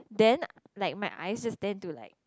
then like my eyes just dare to like